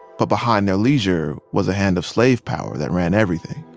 but behind their leisure was the hand of slave power that ran everything